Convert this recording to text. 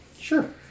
Sure